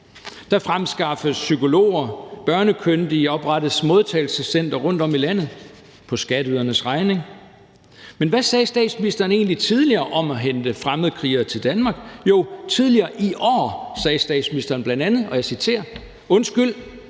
Der fremskaffes psykologer, børnekyndige, der oprettes modtagecentre rundtom i landet på skatteydernes regning, men hvad sagde statsministeren egentlig tidligere om at hente fremmedkrigere til Danmark? Jo, tidligere i år sagde statsministeren blandt andet, og jeg citerer: Undskyld,